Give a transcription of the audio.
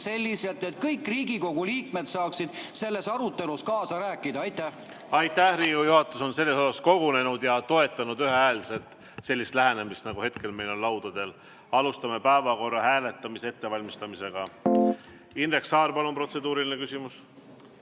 selliselt, et kõik Riigikogu liikmed saaksid selles arutelus kaasa rääkida. Aitäh! Riigikogu juhatus on selles küsimuses kogunenud ja toetanud ühehäälselt sellist lähenemist, nagu on hetkel meie ees laudadel. Alustame päevakorra hääletamise ettevalmistamist. Indrek Saar, palun, protseduuriline küsimus!